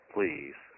Please